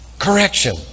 Correction